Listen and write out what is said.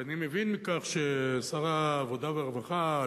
ואני מבין מכך ששר העבודה והרווחה,